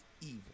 evil